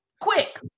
quick